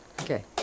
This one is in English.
Okay